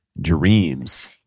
dreams